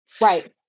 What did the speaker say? right